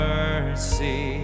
mercy